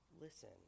listen